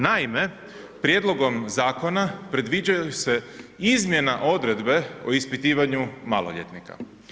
Naime, prijedlogom zakona predviđaju se izmjena odredbe o ispitivanju maloljetnika.